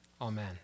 Amen